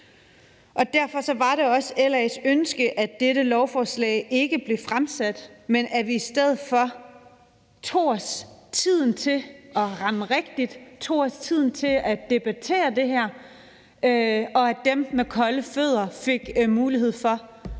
Derfor var det også LA's ønske, at dette lovforslag ikke blev fremsat, men at vi i stedet for tog os tid til at ramme rigtigt og debattere det her, og at dem med kolde fødder fik mulighed for at